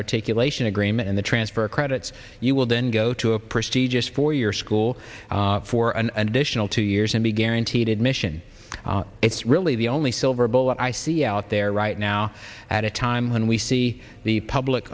articulation agreement in the transfer credits you will then go to a prestigious four year school for an additional two years and be guaranteed admission it's really the only silver bullet i see out there right now at a time when we see the public